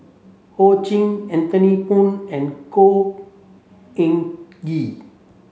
Ho Ching Anthony Poon and Khor Ean Ghee